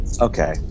Okay